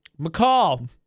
McCall